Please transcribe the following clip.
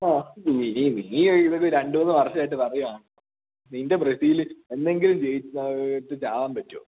ഹാ നീ നീ നീ ഇതൊരു രണ്ടുമൂന്ന് വർഷമായിട്ട് പറയുകയാണ് നിൻ്റെ ബ്രസീല് എന്നെങ്കിലും ജയിച്ചെന്ന് അറിഞ്ഞിട്ട് ചാകാന് പറ്റുമോ